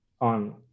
on